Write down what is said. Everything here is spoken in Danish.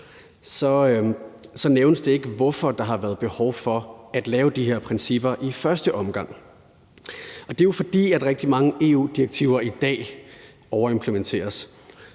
nævnes det ikke, hvorfor der i første omgang har været et behov for at lave de her principper, og det er jo, fordi rigtig mange EU-direktiver i dag overimplementeres.